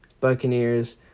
Buccaneers